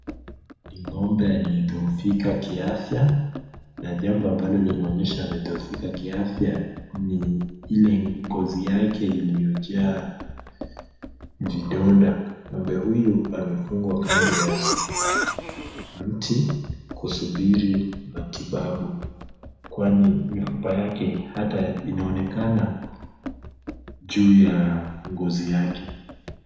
Ng'ombe aliyedhoofika kiafya, na jambo ambalo linaonyesha amedhoofika kiafya ni ile ngozi yake iliyojaa vidonda. Ng'ombe huyu amefungwa kando ya mti kusubiri matibabu kwani mifupa yake hata inaonekana juu ya ngozi yake.